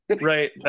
Right